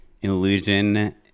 illusion